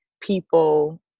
people